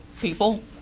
people